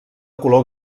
color